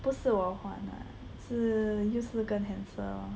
不是我还啊是就是跟 Hansel lor